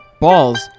Balls